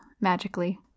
magically